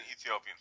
Ethiopian